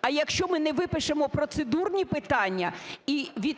а якщо ми не випишемо процедурні питання… ГОЛОВУЮЧИЙ.